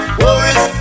worries